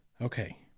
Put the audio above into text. Okay